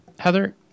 Heather